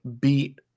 beat